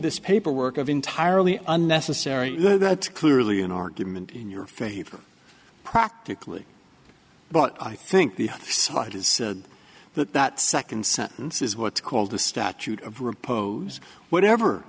this paperwork of entirely unnecessary that's clearly an argument in your favor practically but i think the site is said that that second sentence is what's called the statute of repose whatever